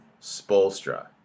Spolstra